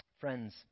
Friends